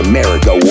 America